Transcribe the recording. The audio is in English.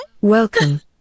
Welcome